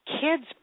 kids